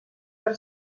per